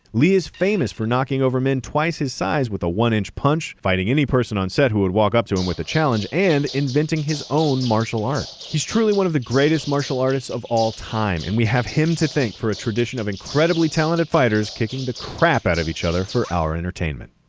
lee is famous for knocking over men twice his size with a one-inch punch, fighting any person on set who would walk up to him with a challenge, and inventing his own martial art. he's truly one of the greatest artist martial artists of all time, and we have him to thank for a tradition of incredibly talented fighters kicking the crap out of each other for our entertainment.